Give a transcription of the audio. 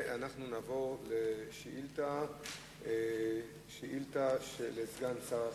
נעבור לשאילתא לסגן שר החינוך.